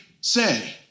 say